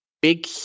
big